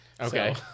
Okay